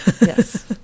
yes